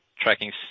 tracking